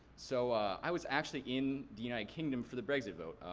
so i was actually in the united kingdom for the brexit vote.